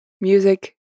music